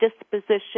disposition